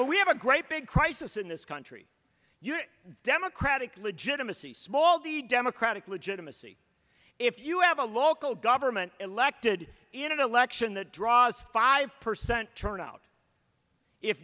but we have a great big crisis in this country you know democratic legitimacy small the democratic legitimacy if you have a local government elected in an election that draws five percent turnout if